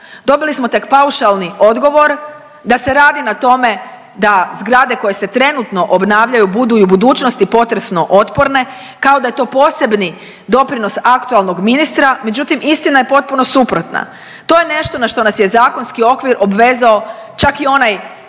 Dobili smo tek paušalni odgovor da se radi na tome da zgrade koje se trenutno obnavljaju budu i u budućnosti potresno otporne kao da je to posebni doprinos aktualnog ministra, međutim istina je potpuno suprotna. To je nešto na što nas je zakonski okvir obvezao čak i onaj